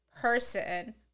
person